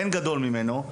אין גדול ממנו.